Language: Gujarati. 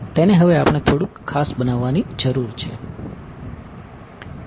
તેને હવે આપણે થોડુંક ખાસ બનાવવાની જરૂર છે